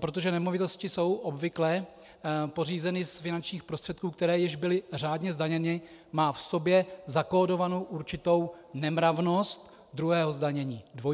protože nemovitosti jsou obvykle pořízeny finančních prostředků, které již byly řádně zdaněny, má v sobě zakódovanou určitou nemravnost druhého zdanění, dvojího zdanění.